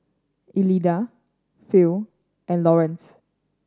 Elida Phil and Lawerence